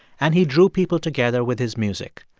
and he drew people together with his music.